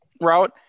route